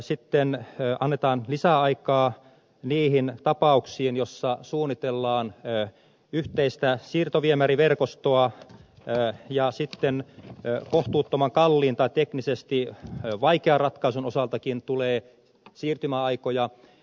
sitten annetaan lisäaikaa niihin tapauksiin joissa suunnitellaan yhteistä siirtoviemäriverkostoa ja sitten kohtuuttoman kalliin tai teknisesti vaikean ratkaisun osaltakin tulee siirtymäaikoja